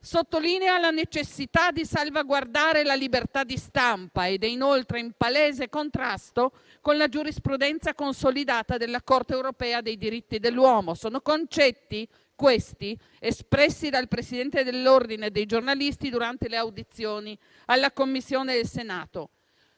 sottolinea la necessità di salvaguardare la libertà di stampa ed è inoltre in palese contrasto con la giurisprudenza consolidata della Corte europea dei diritti dell'uomo. Sono concetti, questi, espressi dal presidente dell'ordine dei giornalisti durante le audizioni alla Commissione del Senato.